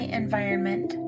environment